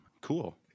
Cool